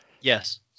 Yes